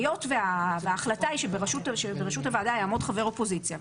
היות שההחלטה היא שבראשות הוועדה יעמוד חבר אופוזיציה,